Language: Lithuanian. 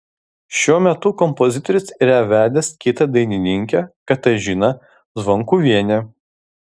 šiuo metu kompozitorius yra vedęs kitą dainininkę katažiną zvonkuvienę